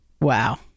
Wow